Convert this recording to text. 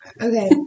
Okay